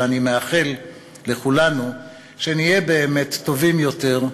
ואני מאחל לכולנו שנהיה באמת טובים יותר,